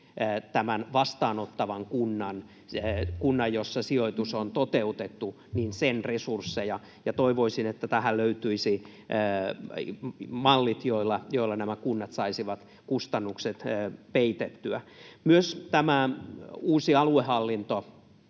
tämän vastaanottavan kunnan resursseja, jossa sijoitus on toteutettu. Toivoisin, että tähän löytyisi mallit, joilla nämä kunnat saisivat kustannukset peitettyä. Myös tämä uusi aluehallinto